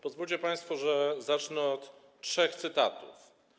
Pozwólcie państwo, że zacznę od trzech cytatów.